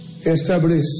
Establish